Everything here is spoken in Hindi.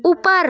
ऊपर